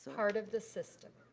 part of the system.